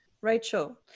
Rachel